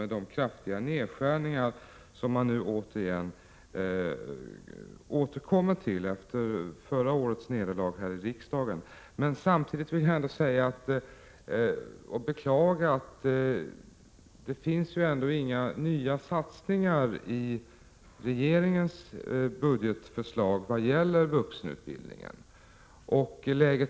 De kräver återigen, efter förra årets nederlag här i riksdagen, kraftiga nedskärningar. Samtidigt vill jag ändå beklaga att det inte förekommer några nya satsningar på vuxenutbildning i regeringens budgetförslag.